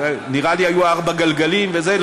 נראה לי שהיו ארבעה גלגלים וזה.